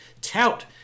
tout